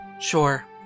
Sure